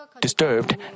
disturbed